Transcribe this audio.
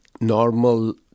normal